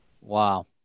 Wow